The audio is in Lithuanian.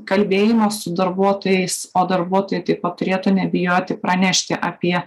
kalbėjimo su darbuotojais o darbuotojai taip pat turėtų nebijoti pranešti apie